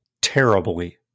terribly